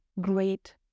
great